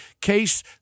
case